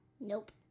Nope